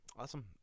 Awesome